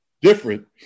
Different